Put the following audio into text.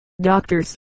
doctors